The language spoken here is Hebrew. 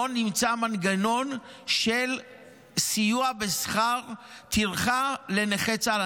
לא נמצא מנגנון של סיוע בשכר טרחה לנכי צה"ל.